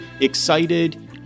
excited